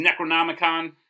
Necronomicon